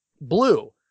blue